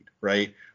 Right